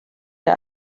der